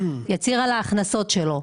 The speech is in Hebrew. יצהיר על ההכנסות שלו,